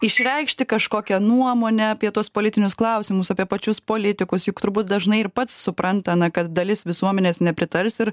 išreikšti kažkokią nuomonę apie tuos politinius klausimus apie pačius politikus juk turbūt dažnai ir pats supranta na kad dalis visuomenės nepritars ir